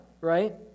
right